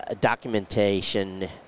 documentation